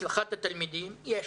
הצלחת התלמידים יש,